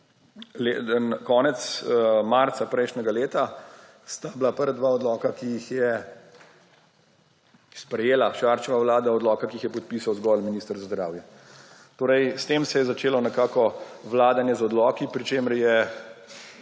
konec marca prejšnjega leta sta bila prva dva odloka, ki jih je sprejela Šarčeva vlada, odloka, ki jih je podpisal zgolj minister za zdravje. S tem se je nekako začelo vladanje z odloki, pri čemer je